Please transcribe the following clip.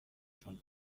چون